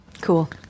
cool